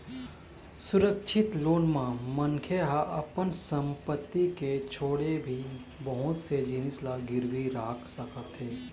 सुरक्छित लोन म मनखे ह अपन संपत्ति के छोड़े भी बहुत से जिनिस ल गिरवी राख सकत हे